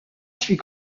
fit